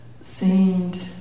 seemed